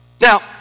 Now